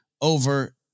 over